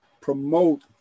promote